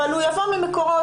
אבל הוא יבוא ממקורות,